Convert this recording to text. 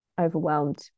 overwhelmed